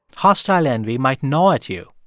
hostile envy might gnaw at you,